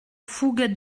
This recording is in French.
fougue